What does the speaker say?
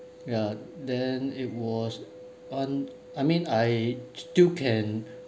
ya then it was on I mean I still can